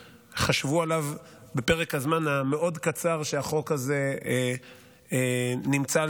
וחשבו עליו בפרק הזמן הקצר מאוד שהחוק הזה נמצא על